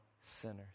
sinners